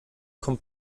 kommt